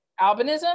albinism